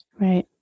Right